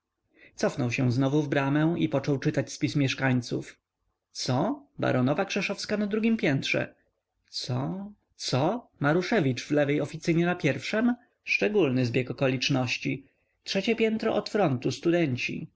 cofnął się znowu w bramę i począł czytać spis mieszkańców co baronowa krzeszowska na drugiem piętrze co co maruszewicz w lewej oficynie na pierwszem szczególny zbieg okoliczności trzecie piętro od frontu studenci